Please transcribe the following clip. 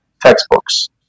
textbooks